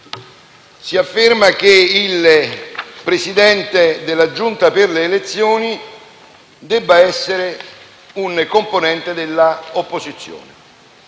Calderoli che il Presidente della Giunta per le elezioni debba essere un componente dell'opposizione,